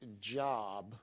job